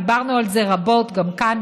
דיברנו על זה רבות גם כאן,